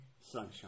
sunshine